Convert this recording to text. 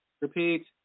Repeat